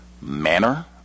manner